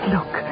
Look